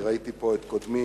אני ראיתי פה את קודמי